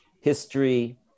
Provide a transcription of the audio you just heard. history